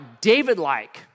David-like